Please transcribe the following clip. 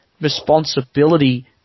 responsibility